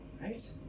Right